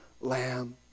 lamb